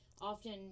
Often